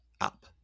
up